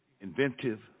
inventive